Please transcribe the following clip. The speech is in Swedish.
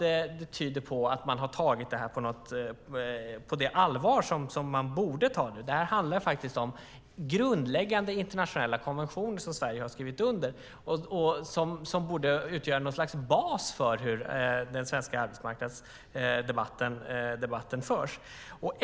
Det tyder inte på att man har tagit detta på det allvar som man borde. Det här handlar faktiskt om en grundläggande internationell konvention som Sverige har skrivit under och som borde utgöra något slags bas för hur den svenska arbetsmarknadsdebatten förs.